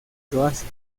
croacia